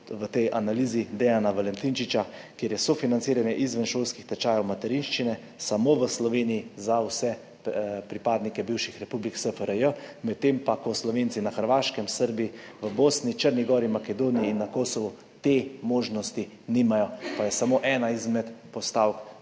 v tej analizi Dejana Valentinčiča, kjer je sofinanciranje izvenšolskih tečajev materinščine samo v Sloveniji za vse pripadnike bivših republik SFRJ, medtem pa Slovenci na Hrvaškem, v Srbiji, v Bosni, Črni gori, Makedoniji in na Kosovu te možnosti nimajo, pa je samo ena izmed postavk.